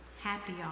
Happy